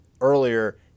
earlier